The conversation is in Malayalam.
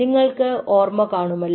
നിങ്ങൾക്ക് ഓർമ്മ കാണുമല്ലോ